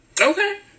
Okay